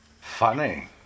Funny